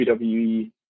WWE